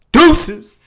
deuces